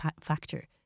factor